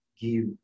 give